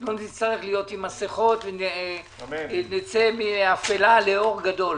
לא נצטרך להיות עם מסכות ונצא מאפלה לאור גדול.